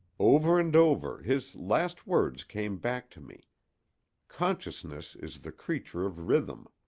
over and over, his last words came back to me consciousness is the creature of rhythm.